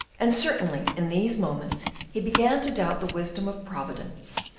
and certainly in these moments he began to doubt the wisdom of providence.